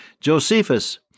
Josephus